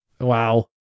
Wow